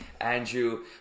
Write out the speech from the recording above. Andrew